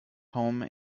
home